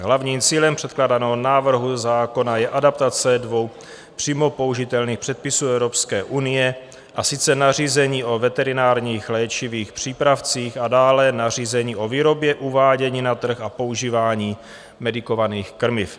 Hlavním cílem předkládaného návrhu zákona je adaptace dvou přímo použitelných předpisů Evropské unie, a sice nařízení o veterinárních léčivých přípravcích a dále nařízení o výrobě, uvádění na trh a používání medikovaných krmiv.